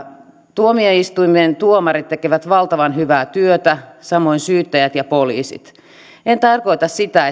tuomioistuimien tuomarit tekevät valtavan hyvää työtä samoin syyttäjät ja poliisit en tarkoita sitä